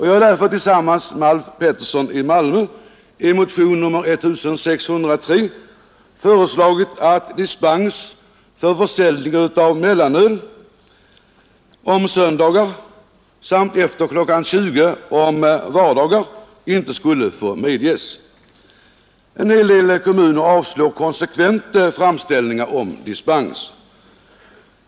Jag har därför tillsammans med Alf Pettersson i Malmö i motion nr 1603 föreslagit att dispens för försäljning av mellanöl på söndagar samt efter kl. 20.00 på vardagar inte skulle få medges. En hel del kommuner avslår konsekvent framställningar om dispens.